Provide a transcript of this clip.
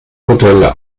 modelle